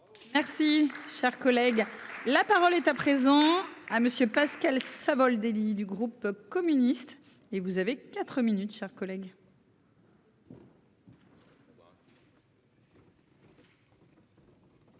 Merci, cher collègue, la parole est à présent à monsieur Pascal. Savoldelli du groupe communiste et vous avez 4 minutes, chers collègues.